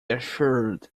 assured